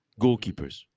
goalkeepers